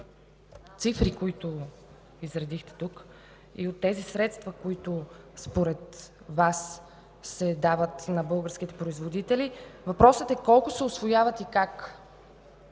цифри, които изредихте тук, и от тези средства, които според Вас се дават на българските производители, колко се усвояват и как?